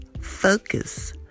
Focus